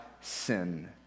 sin